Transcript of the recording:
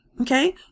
okay